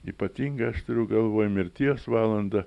ypatingai aš turiu galvoje mirties valandą